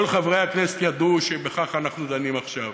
כל חברי הכנסת ידעו שבכך אנחנו דנים עכשיו,